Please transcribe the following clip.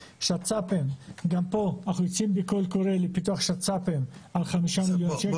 שצ"פים גם פה אנחנו יוצאים בקול קורא לפיתוח שצ"פים על 5 מיליון שקל.